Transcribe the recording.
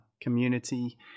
community